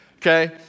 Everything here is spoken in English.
Okay